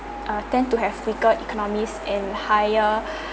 uh tend to have weaker economics and higher